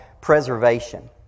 preservation